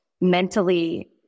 mentally